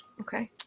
Okay